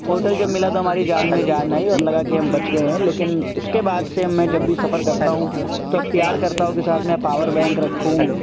hotel جب ملا تو ہماری جان میں جان آئی اور لگا کہ ہم بچ گئے ہیں لیکن اس کے بعد سے میں جب بھی سفر کرتا ہوں تو اختیار کرتا ہوں کہ ساتھ میں پاور بینک رکھوں